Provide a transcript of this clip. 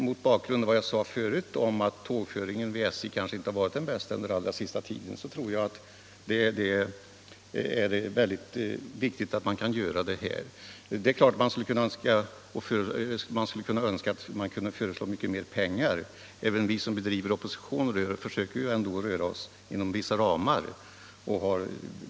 Mot bakgrund av vad jag förut sade om att tågföringen vid SJ kanske inte har varit den bästa under senaste tiden tror jag det är viktigt att man kan göra denna upprustning. Naturligtvis skulle man önska att man kunde föreslå mycket mer pengar, men även vi som bedriver opposition försöker ändå röra oss inom vissa ramar.